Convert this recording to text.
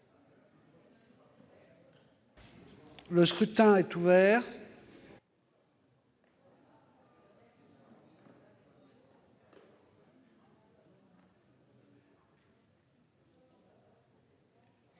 Le scrutin est ouvert.